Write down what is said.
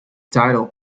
title